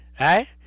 right